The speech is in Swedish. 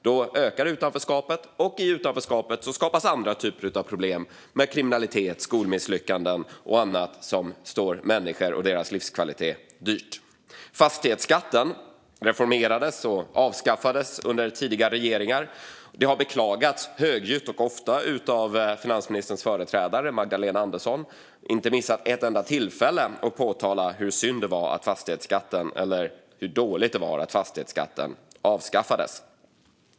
Då ökar utanförskapet, och i utanförskapet skapas andra typer av problem såsom kriminalitet, skolmisslyckanden och annat som står människor och deras livskvalitet dyrt. Fastighetsskatten reformerades och avskaffades under tidigare regeringar, och det har beklagats högljutt och ofta av finansministerns företrädare Magdalena Andersson. Hon har inte missat ett enda tillfälle att påpeka hur dåligt det var att fastighetsskatten avskaffades.